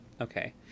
okay